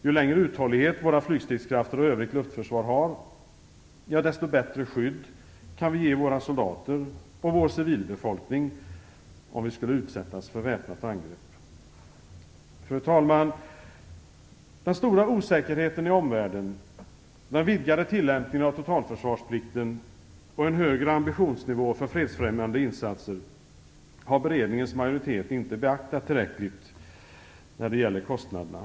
Ju längre uthållighet våra flygstridskrafter och övrigt luftförsvar har, desto bättre skydd kan vi ge våra soldater och vår civilbefolkning om vi skulle utsättas för väpnat angrepp. Fru talman! Den stora osäkerheten i omvärlden, den vidgade tillämpningen av totalförsvarsplikten och en högre ambitionsnivå för fredsfrämjande insatser har beredningens majoritet inte beaktat tillräckligt när det gäller kostnaderna.